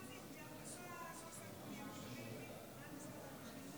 אדוני היושב-ראש, כנסת